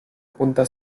punta